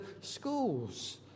schools